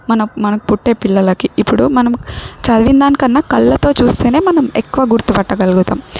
మన మనకు పుట్టే పిల్లలకి ఇప్పుడు మనం చదివిందానికన్నా కళ్ళతో చూస్తేనే మనం ఎక్కువ గుర్తుపట్టగలుగుతాం